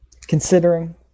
Considering